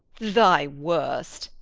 thy worst.